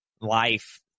life